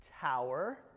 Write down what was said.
tower